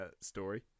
story